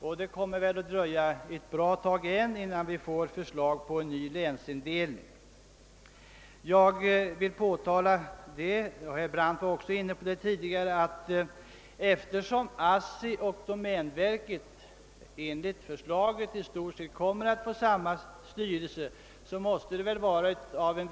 Men det kommer väl att dröja ganska länge, innan vi kan emotse förslag om en ny länsindelning. Jag vill betona — herr Brandt var också inne på det — att eftersom ASSI och domänverket enligt förslaget i stort sett kommer att få samma styrelse måste det väl Vara en.